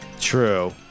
True